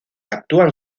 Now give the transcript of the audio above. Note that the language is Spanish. actúan